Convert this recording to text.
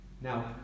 Now